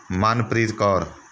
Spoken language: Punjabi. ਮਨਪ੍ਰੀਤ ਕੌਰ